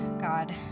God